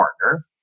partner